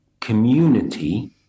community